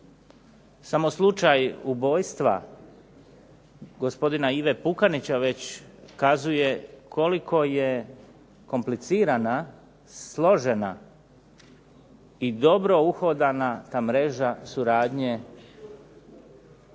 Samo slučaj ubojstva gospodina Ive Pukanića već kazuje koliko je komplicirana, složena i dobro uhodana ta mreža suradnje